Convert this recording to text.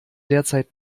derzeit